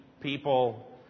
people